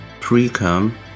pre-cum